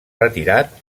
retirat